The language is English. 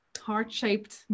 heart-shaped